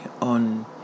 on